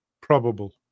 Probable